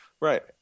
Right